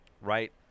right